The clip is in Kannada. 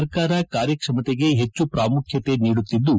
ಸರ್ಕಾರ ಕಾರ್ಯಕ್ಷಮತೆಗೆ ಹೆಚ್ಚು ಪ್ರಾಮುಖ್ಯತೆ ನೀಡುತ್ತಿದ್ದು